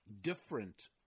different